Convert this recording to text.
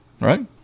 right